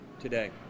today